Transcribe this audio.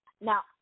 Now